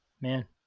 Man